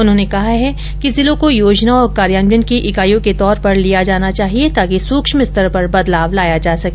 उन्होंने कहा है कि जिलों को योजना और कार्यान्वयन की इकाइयों के तौर पर लिया जाना चाहिए ताकि सूक्ष्म स्तर पर बदलाव लाया जा सके